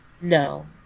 No